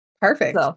Perfect